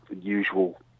usual